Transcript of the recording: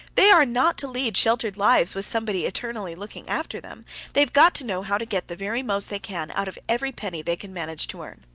they are not to lead sheltered lives with somebody eternally looking after them they have got to know how to get the very most they can out of every penny they can manage to earn.